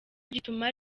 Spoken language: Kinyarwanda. gituma